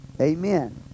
Amen